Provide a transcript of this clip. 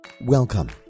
welcome